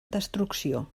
destrucció